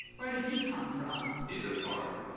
where did he come from? he's a farmer.